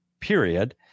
period